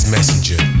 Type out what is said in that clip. Messenger